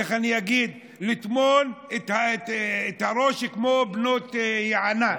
איך אני אגיד, לטמון את הראש באדמה כמו בנות יענה.